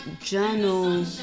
journal